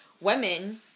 women